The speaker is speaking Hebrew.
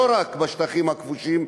לא רק בשטחים הכבושים,